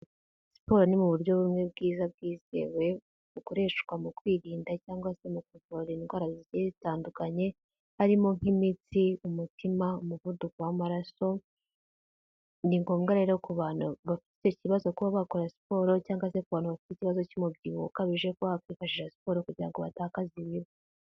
Siporo ni mu buryo bumwe bwiza bwizewe bukoreshwa mu kwirinda cyangwa se mu kuvura indwara zigiye zitandukanye, harimo nk'imitsi, umutima, umuvuduko w'amaraso, ni ngombwa rero ku bantu bafite icyo kibazo kuba bakora siporo cyangwa se ku bantu bafite ikibazo cy'umubyibuho ukabije kuba bakwifashisha siporo kugira ngo batakaze ibiro.